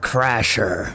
Crasher